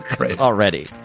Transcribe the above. already